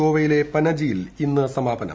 ഗോവയിലെ പനാജിയിൽ ഇന്ന് സമാപനം